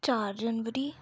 चार जनवरी